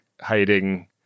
Hiding